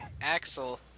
Axel